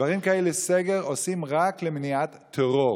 דברים כאלה, סגר, עושים רק למניעת טרור.